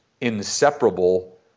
inseparable